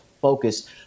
focus